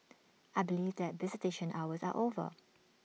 I believe that visitation hours are over